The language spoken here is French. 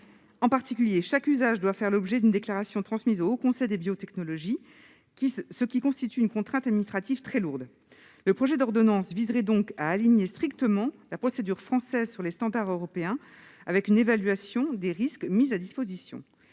En particulier, chaque usage doit faire l'objet d'une déclaration transmise au Haut Conseil des biotechnologies (HCB), ce qui constitue une contrainte administrative très lourde. Le projet d'ordonnance viserait donc à aligner strictement la procédure française sur les standards européens, avec mise à disposition